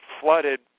flooded